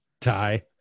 Tie